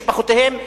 משפחותיהם,